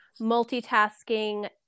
multitasking